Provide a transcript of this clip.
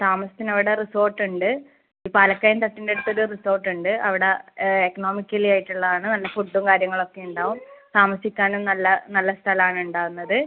താമസത്തിന് അവിടെ റിസ്സോർട്ട് ഉണ്ട് ഈ പാലക്കയം തട്ടിൻ്റടുത്തൊരു റിസ്സോർട്ട് ഉണ്ട് അവിടെ എക്കണോമിക്കലി ആയിട്ടുള്ളതാണ് ഫുഡും കാര്യങ്ങളൊക്കെ ഉണ്ടാവും താമസിക്കാനും നല്ല നല്ല സ്ഥലം ആണ് ഉണ്ടാവുന്നത്